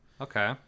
okay